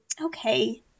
Okay